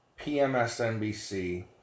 PMSNBC